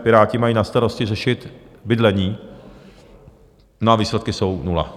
Piráti mají na starosti řešit bydlení, a výsledky jsou nula.